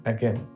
Again